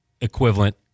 equivalent